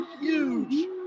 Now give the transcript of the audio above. huge